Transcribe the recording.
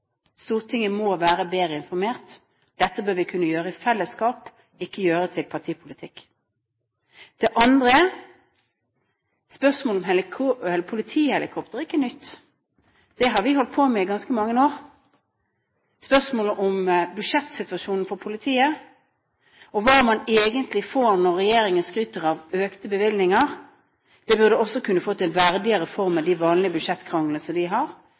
Stortinget må være bedre informert. Dette bør vi kunne gjøre i fellesskap, ikke gjøre til partipolitikk. Det andre er: Spørsmålet om politihelikopter er ikke nytt. Det har vi holdt på med i ganske mange år. Spørsmålet om budsjettsituasjonen for politiet og hva man egentlig får når regjeringen skryter av økte bevilgninger, burde også kunne fått en verdigere form enn de vanlige budsjettkranglene som vi har.